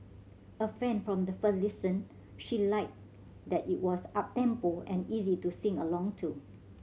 a fan from the first listen she liked that it was uptempo and easy to sing along to